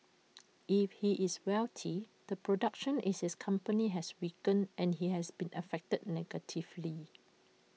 if he is wealthy the production in his company has weakened and he has been affected negatively